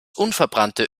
unverbrannte